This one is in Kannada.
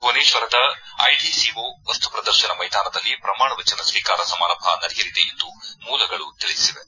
ಭುವನೇಶ್ವರದ ಐಡಿಸಿಒ ವಸ್ತುಪ್ರದರ್ಶನ ಮೈದಾನದಲ್ಲಿ ಪ್ರಮಾಣ ವಚನ ಸ್ವೀಕಾರ ಸಮಾರಂಭ ನಡೆಯಲಿದೆ ಎಂದು ಮೂಲಗಳು ತಿಳಿಸಿವೆ